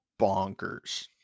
bonkers